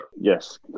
Yes